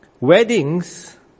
weddings